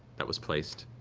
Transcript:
that was placed.